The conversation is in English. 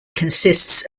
consists